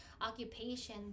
occupation